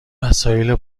وسایل